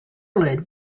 lid